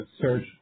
search